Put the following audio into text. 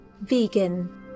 vegan